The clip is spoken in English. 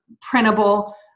printable